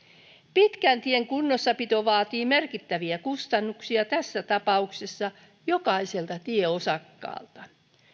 pitkän tien kunnossapito vaatii merkittäviä kustannuksia tässä tapauksessa jokaiselta tieosakkaalta